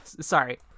sorry